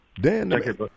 Dan